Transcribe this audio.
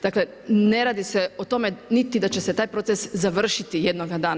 Dakle, ne radi se o tome niti da će se taj proces završiti jednoga dana.